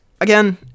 again